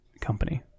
company